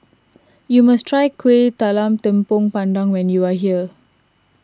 you must try Kueh Talam Tepong Pandan when you are here